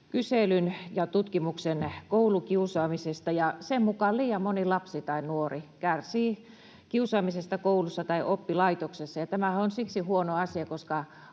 ja tutkimuksen koulukiusaamisesta, ja sen mukaan liian moni lapsi tai nuori kärsii kiusaamisesta koulussa tai oppilaitoksessa. Ja tämä on siksi huono asia, että